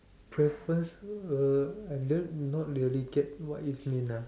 preference uh I really not really get what it means ah